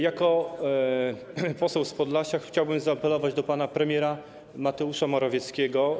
Jako poseł z Podlasia chciałbym zaapelować do pana premiera Mateusza Morawieckiego.